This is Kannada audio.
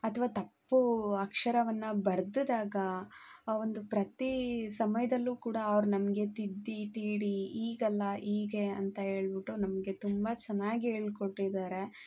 ಅಥವ್ವಾ ತಪ್ಪು ಅಕ್ಷರವನ್ನು ಬರ್ದಾಗ ಒಂದು ಪ್ರತಿ ಸಮಯದಲ್ಲೂ ಕೂಡ ಅವರು ನಮಗೆ ತಿದ್ದಿ ತೀಡಿ ಹೀಗಲ್ಲ ಹೀಗೆ ಅಂತ ಹೇಳಿಬಿಟ್ಟು ನಮಗೆ ತುಂಬ ಚೆನ್ನಾಗಿ ಹೇಳಿಕೊಟ್ಟಿದ್ದಾರೆ